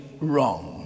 wrong